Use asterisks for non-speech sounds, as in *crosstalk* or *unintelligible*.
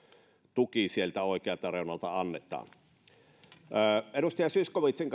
tuki sieltä oikealta reunalta annetaan tuen täysin niitä edustaja zyskowiczin *unintelligible*